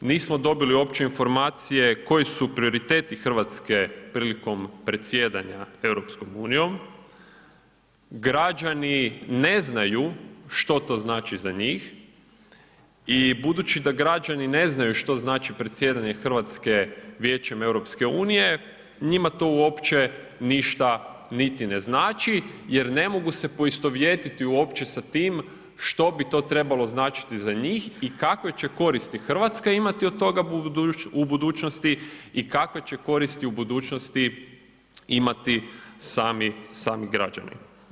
Nismo dobili uopće informacije koji su prioriteti Hrvatske prilikom predsjedanja EU, građani ne znaju što to znači za njih i budući da građani ne znaju što znači predsjedanje Hrvatske Vijećem EU, njima to uopće ništa niti ne znači jer ne mogu se poistovjetiti uopće sa tim što bi to trebalo značiti za njih i kakve će koristi Hrvatska imati od toga u budućnosti i kakve će koristi u budućnosti imati sami građani.